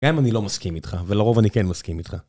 גם אם אני לא מסכים איתך, ולרוב אני כן מסכים איתך.